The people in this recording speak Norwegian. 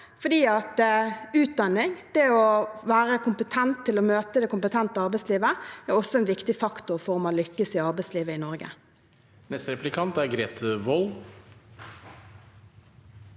fordi utdanning – det å være kompetent til å møte det kompetente arbeidslivet – er også en viktig faktor for om man lykkes i arbeidslivet i Norge. Grete Wold